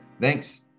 Thanks